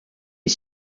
est